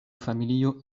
familio